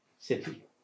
city